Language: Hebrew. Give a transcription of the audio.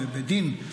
ובדין,